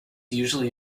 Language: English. usually